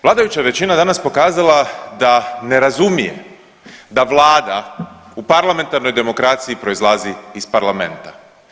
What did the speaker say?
Vladajuća većina je danas pokazala da ne razumije da Vlada u parlamentarnoj demokraciji proizlazi iz Parlamenta.